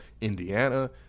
Indiana